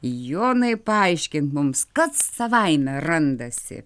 jonai paaiškink mums kas savaime randasi